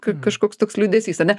ka kažkoks toks liūdesys a ne